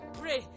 pray